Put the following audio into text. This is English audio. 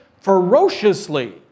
ferociously